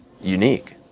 unique